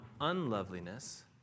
unloveliness